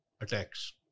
attacks